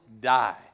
die